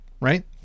right